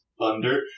thunder